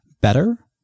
better